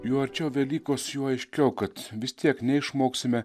juo arčiau velykos juo aiškiau kad vis tiek neišmoksime